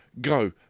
go